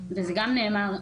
וזה גם נאמר,